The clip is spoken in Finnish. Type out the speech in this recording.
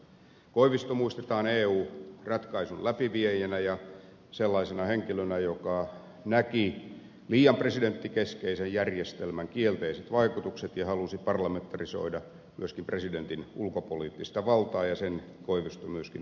koivisto muistetaan eu ratkaisun läpiviejänä ja sellaisena henkilönä joka näki liian presidenttikeskeisen järjestelmän kielteiset vaikutukset ja halusi parlamentarisoida myöskin presidentin ulkopoliittista valtaa ja sen koivisto myöskin ajoi läpi